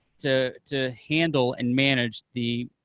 to to handle and manage the